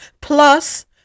plus